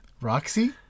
Roxy